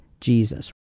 Jesus